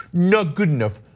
not good enough,